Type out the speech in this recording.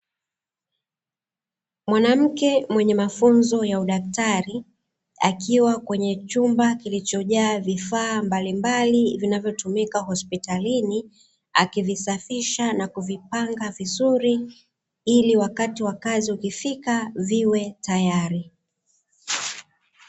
Mwanamke mwenye mafunzo ya udaktari, akiwa kwenye chumba kilichojaa vifaa mbalimbali; vinavyotumika hospitalini, akivisafisha na kuvipanga vizuri ili wakati wa kazi ukifika viwe tayari.